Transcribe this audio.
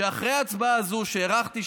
שאחרי ההצבעה הזאת שהערכתי,